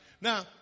Now